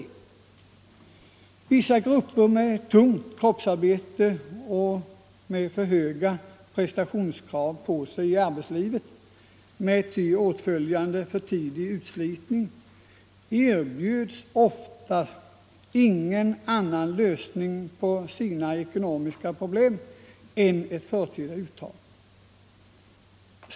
Vissa grupper med tungt kroppsarbete och med för höga prestationskrav i arbetslivet med åtföljande förtidig utslitning erbjöds oftast ingen annan lösning på sina ekonomiska problem än ett förtida uttag.